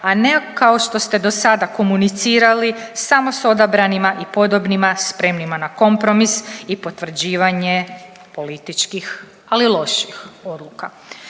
a ne kao što ste do sada komunicirali samo s odabranima i podobnima spremnima na kompromis i potvrđivanje političkih, ali loših odluka.